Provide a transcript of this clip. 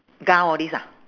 gown all this ah